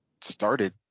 started